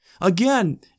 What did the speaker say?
Again